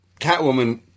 Catwoman